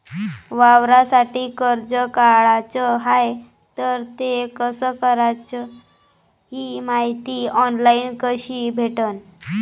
वावरासाठी कर्ज काढाचं हाय तर ते कस कराच ही मायती ऑनलाईन कसी भेटन?